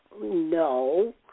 No